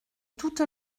toute